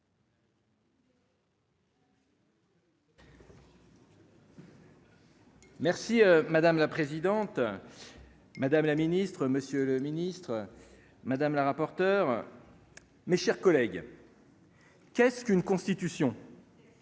Merci madame la présidente, madame la ministre, monsieur le ministre madame la rapporteure, mes chers collègues. Qu'est-ce qu'une constitution.